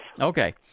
Okay